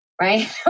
right